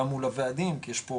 גם מול הוועדים כי יש פה